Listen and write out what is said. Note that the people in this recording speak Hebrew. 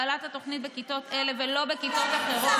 הפעלת התוכנית בכיתות אלה ולא בכיתות אחרות